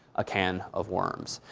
a can of worms.